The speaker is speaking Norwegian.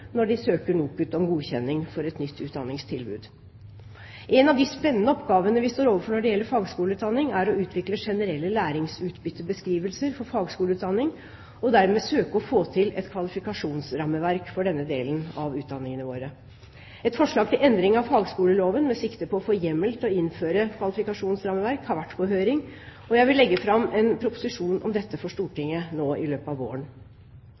når de søker NOKUT om godkjenning for et nytt utdanningstilbud. En av de spennende oppgavene vi står overfor når det gjelder fagskoleutdanning, er å utvikle generelle læringsutbyttebeskrivelser for fagskoleutdanning og dermed søke å få til et kvalifikasjonsrammeverk for denne delen av utdanningene våre. Et forslag til endring av fagskoleloven med sikte på å få hjemmel til å innføre kvalifikasjonsrammeverk har vært på høring, og jeg vil legge fram en proposisjon om dette for Stortinget nå i løpet av våren.